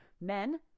Men